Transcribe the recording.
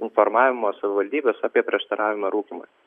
informavimo savivaldybės apie prieštaravimą rūkymui